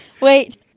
Wait